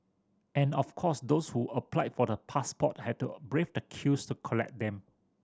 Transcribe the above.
and of course those who applied for the passport had to brave the queues to collect them